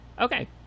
Okay